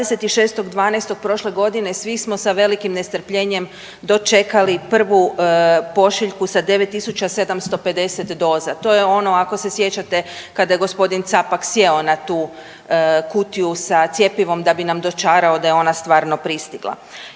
26.12. prošle godine svi smo sa velikim nestrpljenjem dočeli prvu pošiljku sa 9750 doza. To je ono, ako se sjećate, kada je g. Capak sjeo na tu kutiju sa cjepivom da bi nam dočarao da je ona stvarno pristigla